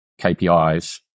KPIs